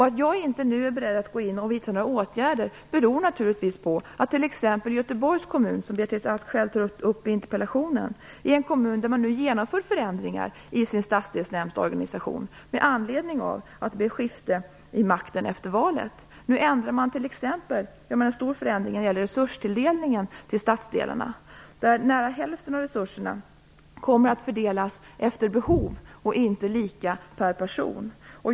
Att jag nu inte är beredd att vidta några åtgärder beror naturligtvis på att t.ex. Göteborgs kommun, som Beatrice Ask tar upp i interpellationen, nu genomför förändringar i sin stadsdelsnämndsorganisation med anledning av att det blev maktskifte efter valet. Nu ändrar man t.ex. resurstilldelningen till stadsdelarna. Nära hälften av resurserna kommer att fördelas efter behov, inte lika per person.